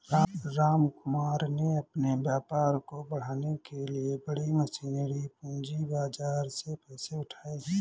रामकुमार ने अपने व्यापार को बढ़ाने के लिए बड़ी मशीनरी पूंजी बाजार से पैसे उठाए